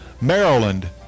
Maryland